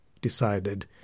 decided